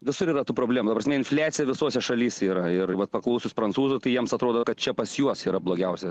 visur yra tų problemų prasme infliacija visose šalyse yra ir vat paklausus prancūzų tai jiems atrodo kad čia pas juos yra blogiausia